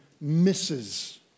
misses